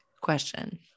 question